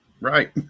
Right